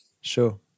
Sure